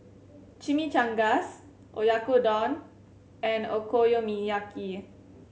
Chimichangas Oyakodon and Okonomiyaki